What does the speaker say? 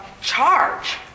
charge